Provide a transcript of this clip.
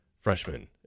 freshman